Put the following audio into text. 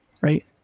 right